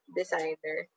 designer